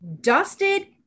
dusted